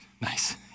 Nice